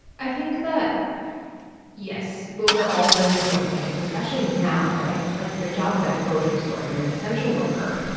i think that yes, those are all really important things, especially now. right. like, their job is at a grocery store. they're an essential worker.